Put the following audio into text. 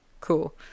cool